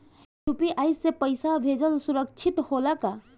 UPI से पैसा भेजल सुरक्षित होला का?